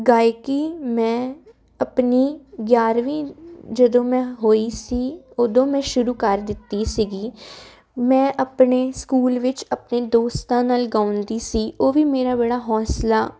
ਗਾਇਕੀ ਮੈਂ ਆਪਣੀ ਗਿਆਰਵੀਂ ਜਦੋਂ ਮੈਂ ਹੋਈ ਸੀ ਉਦੋਂ ਮੈਂ ਸ਼ੁਰੂ ਕਰ ਦਿੱਤੀ ਸੀਗੀ ਮੈਂ ਆਪਣੇ ਸਕੂਲ ਵਿੱਚ ਆਪਣੇ ਦੋਸਤਾਂ ਨਾਲ ਗਾਉਂਦੀ ਸੀ ਉਹ ਵੀ ਮੇਰਾ ਬੜਾ ਹੌਸਲਾ